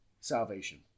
salvation